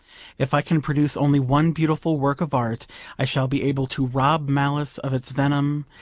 if i can produce only one beautiful work of art i shall be able to rob malice of its venom,